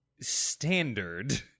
standard